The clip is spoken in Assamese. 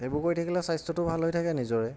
সেইবোৰ কৰি থাকিলে স্বাস্থ্যটো ভাল হৈ থাকে নিজৰে